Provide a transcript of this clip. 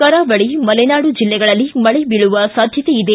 ಕರಾವಳಿ ಮಲೆನಾಡು ಜಿಲ್ಲೆಗಳಲ್ಲಿ ಮಳೆ ಬೀಳುವ ಸಾಧ್ಯತೆ ಇದೆ